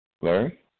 Larry